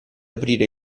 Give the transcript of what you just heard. aprire